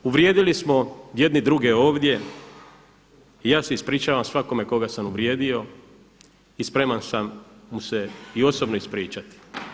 Uvrijedili smo jedni druge ovdje i ja se ispričavam svakome koga sam uvrijedio i spreman sam mu se i osobno ispričati.